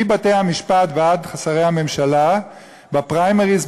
מבתי-המשפט ועד חברי הממשלה בפריימריז,